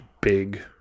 big